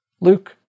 Luke